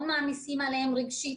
מאוד מעמיסים עליהם רגשית,